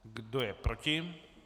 Kdo je proti?